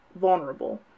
vulnerable